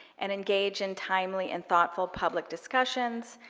and engage in timely and thoughtful public discussions,